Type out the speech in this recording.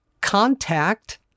contact